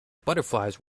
butterflies